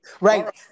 Right